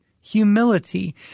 humility